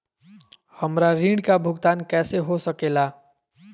हमरा ऋण का भुगतान कैसे हो सके ला?